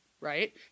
right